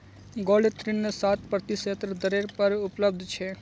gold ऋण सात प्रतिशतेर दरेर पर उपलब्ध छ